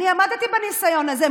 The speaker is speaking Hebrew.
אני עמדתי בניסיון הזה.